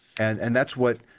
and and that's what.